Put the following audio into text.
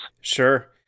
Sure